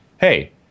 hey